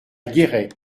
guéret